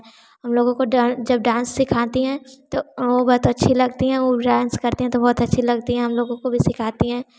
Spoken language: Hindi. हम लोगों को जब डांस सिखाती हैं तब वह तो अच्छी लगती हैं वह हम डांस करते हैं तो बहुत अच्छी लगती है हम लोगों को भी सिखाती हैं